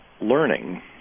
learning